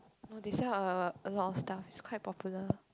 no they sell err a lot of stuff is quite popular